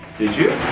did you?